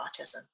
autism